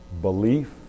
belief